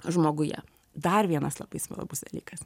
žmoguje dar vienas labai svarbus dalykas